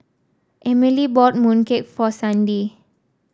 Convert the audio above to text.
Emilee bought mooncake for Sandi